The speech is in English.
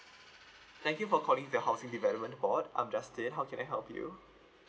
thank you for calling the housing development board I'm justin how can I help you